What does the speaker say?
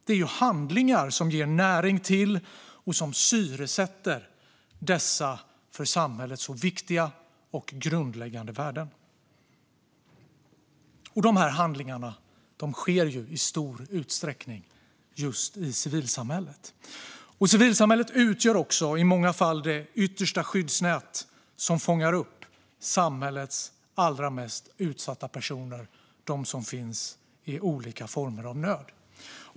Det är handlingar som ger näring till och syresätter dessa för samhället så viktiga och grundläggande värden. Och dessa handlingar sker i stor utsträckning just i civilsamhället. Civilsamhället utgör också i många fall det yttersta skyddsnät som fångar upp samhällets allra mest utsatta personer, de som finns i olika former av nöd.